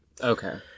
Okay